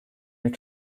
your